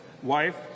wife